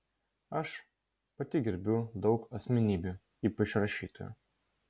aš pati gerbiu daug asmenybių ypač rašytojų